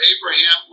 Abraham